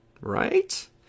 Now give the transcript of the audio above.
Right